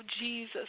Jesus